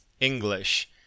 English